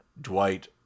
Dwight